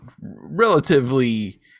relatively